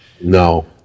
No